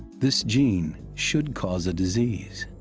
this gene should cause a disease.